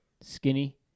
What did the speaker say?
skinny